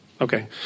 Okay